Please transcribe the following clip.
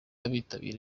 bitabira